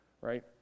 right